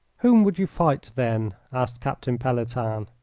whom would you fight, then? asked captain pelletan.